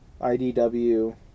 IDW